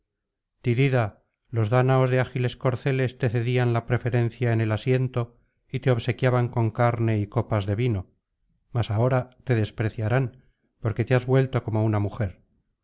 tidida los dáñaos de ágiles corceles te cedían la preferencia en el asiento y te obsequiaban con carne y copas de vino mas ahora te despreciarán porque te has vuelto como una mujer